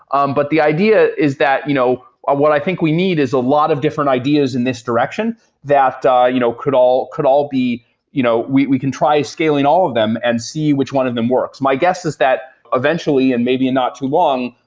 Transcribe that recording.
um but the idea is that you know and what i think we need is a lot of different ideas in this direction that but you know could all could all be you know we we can try scaling all of them and see which one of them works. my guess is that eventually and maybe and not too long,